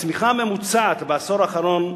הצמיחה הממוצעת בישראל בעשור האחרון,